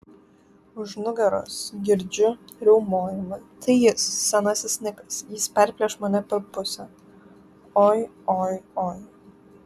už nugaros girdžiu riaumojimą tai jis senasis nikas jis perplėš mane per pusę oi oi oi